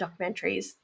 documentaries